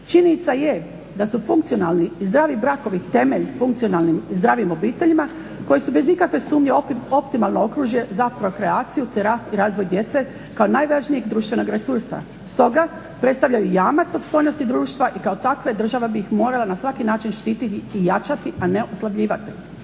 Činjenica je da su funkcionalni i zdravi brakovi temelj funkcionalnim i zdravim obiteljima koje su bez ikakve sumnje optimalno okružje za prokreaciju te rast i razvoj djece kao najvažnijeg društvenog resursa. Stoga predstavljaju jamac opstojnosti društva i kao takve država bi ih morala na svaki način štititi i jačati, a ne oslabljivati.